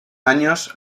años